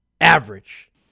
average